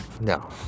No